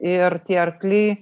ir tie arkliai